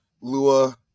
Lua